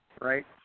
right